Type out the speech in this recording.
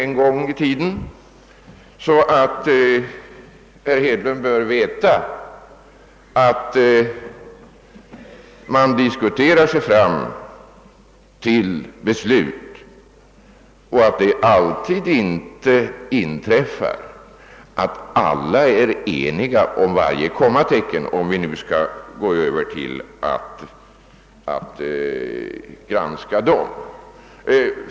Herr Hedlund bör därför veta att man diskuterar sig fram till beslut och att det inte alltid inträffar att alla är eniga om varje kommatecken, om vi nu skall granska dem.